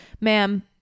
ma'am